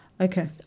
okay